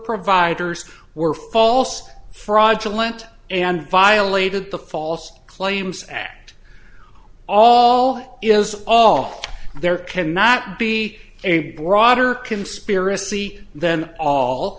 providers were false fraudulent and violated the false claims act all is all there cannot be a broader conspiracy then all